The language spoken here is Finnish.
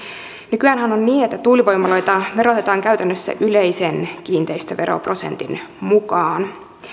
nykyäänhän on niin että tuulivoimaloita verotetaan käytännössä yleisen kiinteistöveroprosentin mukaan